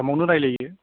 आसामावनो रायलायो